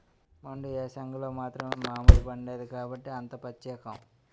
మండు ఏసంగిలో మాత్రమే మావిడిపండేది కాబట్టే అంత పచ్చేకం